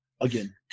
again